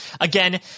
Again